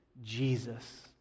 Jesus